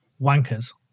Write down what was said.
wankers